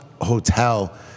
hotel